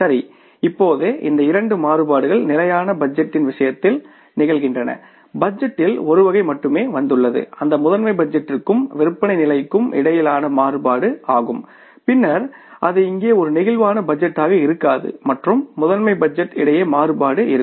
சரி இப்போது இந்த இரண்டு மாறுபாடுகள் ஸ்டாடிக் பட்ஜெட்டின் விஷயத்தில் நிகழ்கின்றன பட்ஜெட்டில் ஒரு வகை மட்டுமே வந்துள்ளது அது மாஸ்டர் பட்ஜெட்டிற்கும் விற்பனை நிலைக்கும் இடையிலான மாறுபாடு ஆகும் பின்னர் அது இங்கே ஒரு பிளேக்சிபிள் பட்ஜெட்டாக இருக்காது மற்றும் மாஸ்டர் பட்ஜெட் இடையே மாறுபாடு இருக்கும்